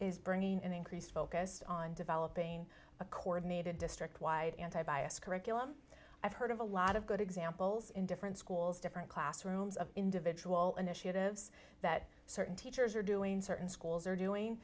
is bringing an increased focus on developing a coordinated district wide anti bias curriculum i've heard of a lot of good examples in different schools different classrooms of individual initiatives that certain teachers are doing in certain schools are doing